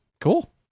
Cool